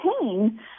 pain